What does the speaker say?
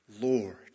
Lord